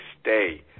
stay